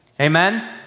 Amen